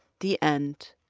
the end,